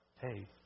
Hey